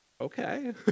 Okay